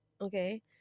okay